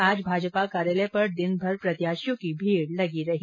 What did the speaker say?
आज भाजपा कार्यालय पर दिनभर प्रत्याशियों की भीड़ लगी रही